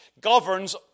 governs